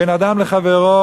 בין אדם לחברו,